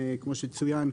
כמו שצוין,